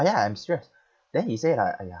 ya I'm serious then he say like !aiya!